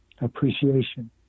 appreciation